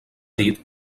dit